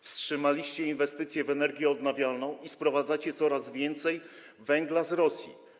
Wstrzymaliście inwestycje w energię odnawialną i sprowadzacie coraz więcej węgla z Rosji.